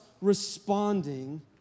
Responding